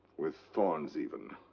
with thorns, even.